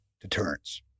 Deterrence